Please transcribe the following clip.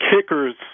kickers